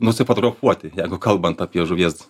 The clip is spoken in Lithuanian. nusifotografuoti jeigu kalbant apie žuvies